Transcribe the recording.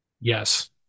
Yes